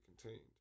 contained